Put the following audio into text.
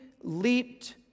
leaped